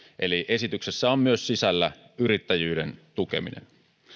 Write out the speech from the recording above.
eli esityksessä on myös sisällä yrittäjyyden tukeminen